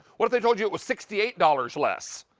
what if they told you it was sixty eight dollars less?